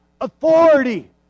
authority